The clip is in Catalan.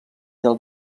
del